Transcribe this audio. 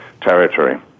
territory